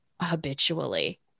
habitually